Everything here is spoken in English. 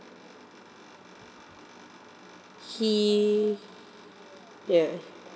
he ya